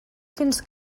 fins